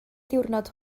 diwrnod